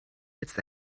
jetzt